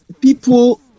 people